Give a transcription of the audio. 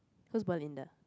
who's Belinda